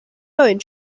neuen